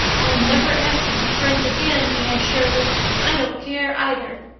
i'll never ask you to be friends again, anne shirley. and i don't care either!